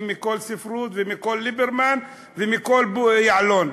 מכל ספרות ומכל ליברמן ומכל יעלון.